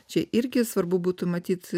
čia irgi svarbu būtų matyt